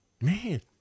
man